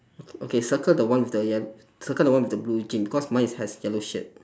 okay circle the one with the ye~ circle the one with blue jean cause mine is has yellow shirt